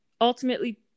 ultimately